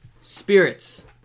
spirits